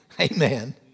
Amen